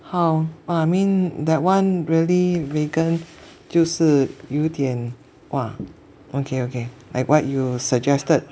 how I mean that one really vegan 就是有点 !wah! okay okay like what you suggested